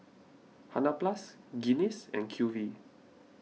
Hansaplast Guinness and Q V